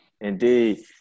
indeed